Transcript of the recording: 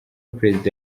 perezida